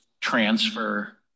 transfer